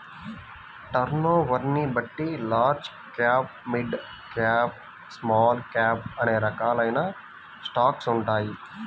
టర్నోవర్ని బట్టి large cap, mid cap, small cap అనే రకాలైన స్టాక్స్ ఉంటాయి